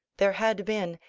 there had been,